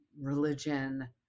religion